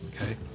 Okay